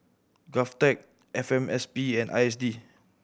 GovTech F M S P and I S D